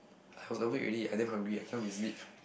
I was awake already I'm damn hungry I cannot be sleep